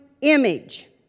image